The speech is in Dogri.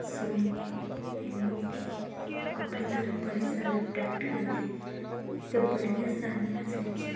सोह्नी ऐ ते लोकें ई अपनी तरफ बड़ा सारा अट्रैक्ट करदी एह् ते बड़ियां सारियां ऐसियां न